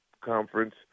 conference